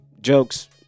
jokes